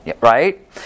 right